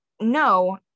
no